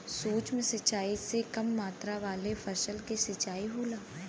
सूक्ष्म सिंचाई से कम मात्रा वाले फसल क सिंचाई होला